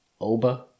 Oba